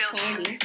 Candy